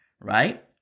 right